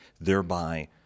thereby